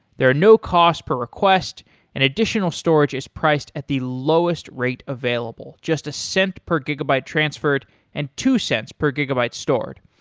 there are no cost per request and additional storage is priced at the lowest rate available. just a cent per gigabyte transferred and two cents per gigabyte stored.